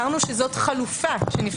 זו חלופה.